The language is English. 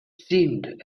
seemed